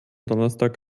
donnerstag